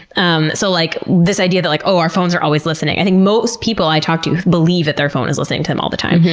um so, like this idea that like our phones are always listening. i think most people i talk to believe that their phone is listening to them all the time.